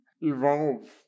evolve